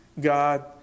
God